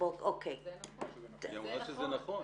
זה נכון.